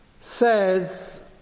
says